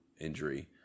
injury